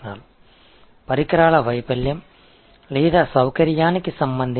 எனவே உபகரணங்கள் தோல்வி அல்லது வசதி தொடர்பான தோல்விகள்